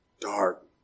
dark